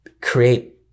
create